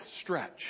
stretch